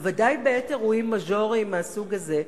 בוודאי בעת אירועים מז'וריים מהסוג הזה,